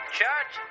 Church